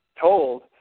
told